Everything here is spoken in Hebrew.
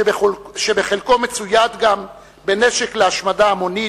שבחלקו מצויד גם בנשק להשמדה המונית,